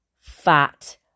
fat